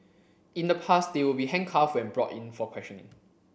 in the past they would be handcuffed when brought in for questioning